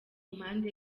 mpande